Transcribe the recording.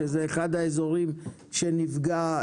שזה אחד האזורים שנפגע,